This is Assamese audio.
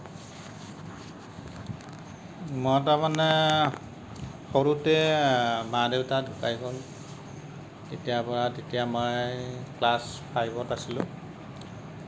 মই তাৰমানে সৰুতে মা দেউতা ঢুকাই গ'ল তেতিয়াপৰা তেতিয়া মই ক্লাছ ফাইভত আছিলোঁ